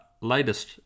latest